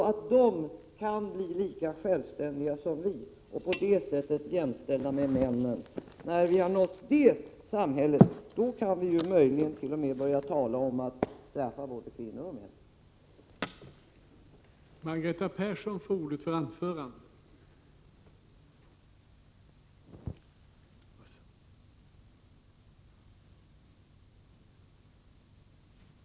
På så sätt kan de bli lika självständiga som vi och därmed jämställda med männen. När vi har nått så långt kan vi möjligen börja tala om att bestraffa både kvinnor och män för könshandel.